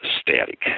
static